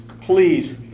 please